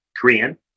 Korean